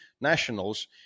nationals